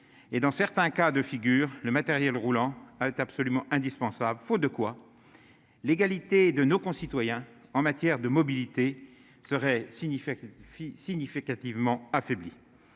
et dans certains cas de figure, le matériel roulant a est absolument indispensable, faute de quoi l'égalité de nos concitoyens en matière de mobilité serait signifie significativement affaiblis,